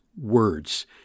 words